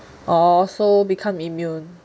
orh so become immune